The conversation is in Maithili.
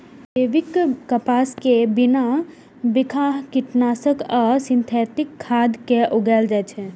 जैविक कपास कें बिना बिखाह कीटनाशक आ सिंथेटिक खाद के उगाएल जाए छै